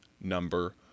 number